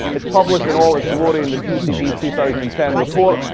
it's published in all its glory in the tcb's two thousand and ten report.